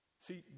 See